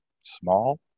small